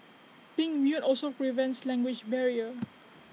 being mute also prevents language barrier